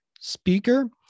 speaker